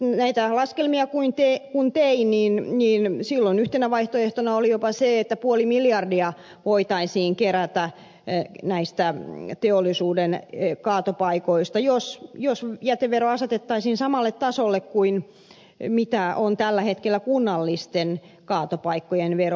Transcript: näitä laskelmia kun tein niin silloin yhtenä vaihtoehtona oli jopa se että puoli miljardia voitaisiin kerätä näistä teollisuuden kaatopaikoista jos jätevero asetettaisiin samalle tasolle kuin on tällä hetkellä kunnallisten kaatopaikkojen vero